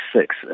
six